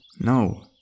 No